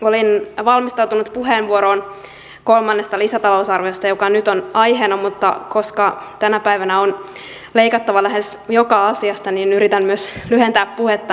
olin valmistautunut puheenvuoroon kolmannesta lisätalousarviosta joka nyt on aiheena mutta koska tänä päivänä on leikattava lähes joka asiasta niin yritän myös lyhentää puhettani